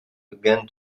began